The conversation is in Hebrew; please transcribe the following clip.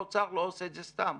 האוצר לא עושה את זה סתם.